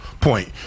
point